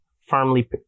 firmly